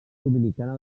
dominicana